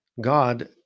God